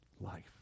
life